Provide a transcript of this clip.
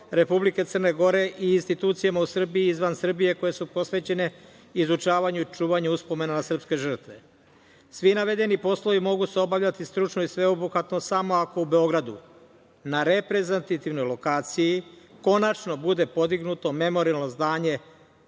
Republike Crne Gore i institucijama u Srbiji i izvan Srbije koje su posvećene izučavanju i čuvanju uspomena na srpske žrtve. Svi navedeni poslovi mogu se obavljati stručno i sveobuhvatno samo ako u Beogradu na reprezentativnoj lokaciji konačno bude podignuto memorijalno zdanje